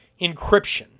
encryption